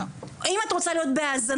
אם את רוצה להיות בהאזנה,